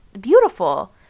beautiful